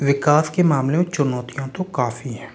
विकास के मामले में चुनौतियाँ तो काफ़ी हैं